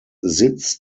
sitz